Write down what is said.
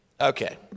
Okay